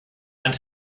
einen